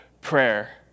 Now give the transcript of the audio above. prayer